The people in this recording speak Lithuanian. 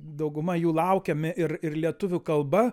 dauguma jų laukiami ir ir lietuvių kalba